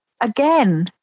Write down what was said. again